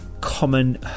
common